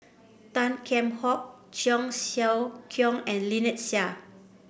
Tan Kheam Hock Cheong Siew Keong and Lynnette Seah